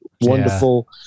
Wonderful